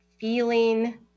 feeling